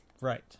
right